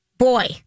Boy